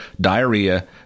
diarrhea